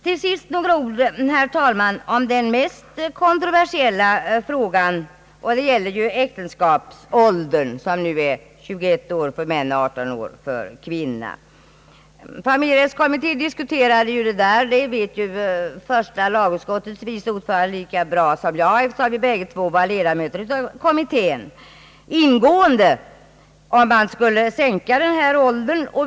Till sist, herr talman, vill jag säga några ord om den mest kontroversiella frågan, nämligen äktenskapsåldern som nu är 21 år för män och 18 för kvinnor. Familjerättskommittén diskuterade ingående — det vet ju första lagutskottets vice ordförande lika bra som jag, eftersom vi båda två var ledamöter av kommittén — om äktenskapsåldern skulle sänkas.